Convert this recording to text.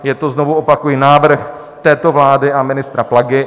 Je to, znovu opakuji, návrh této vlády a ministra Plagy.